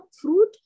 fruit